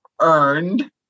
earned